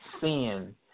sin